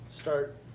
start